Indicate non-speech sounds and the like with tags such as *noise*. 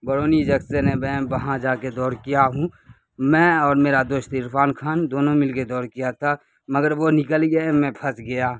برونی *unintelligible* ہے میں وہاں جا کے دوڑ کیا ہوں میں اور میرا دوست عرفان خان دونوں مل کے دوڑ کیا تھا مگر وہ نکل گیا میں پھنس گیا